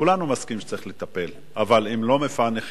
כולנו מסכימים שצריך לטפל, אבל אם לא מפענחים,